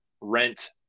rent